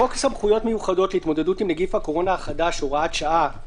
חוק סמכויות מיוחדות להתמודדות עם נגיף הקורונה החדש (הוראת שעה),